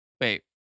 Wait